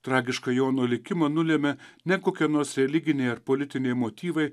tragišką jono likimą nulemia ne kokie nors religiniai ar politiniai motyvai